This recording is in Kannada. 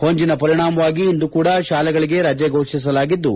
ಹೊಂಜಿನ ಪರಿಣಾಮವಾಗಿ ಇಂದೂ ಕೂಡ ಶಾಲೆಗಳಿಗೆ ರಜೆ ಘೋಷಿಸಲಾಗಿದ್ದು